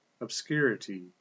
obscurity